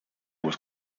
was